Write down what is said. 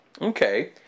Okay